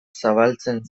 zabaltzen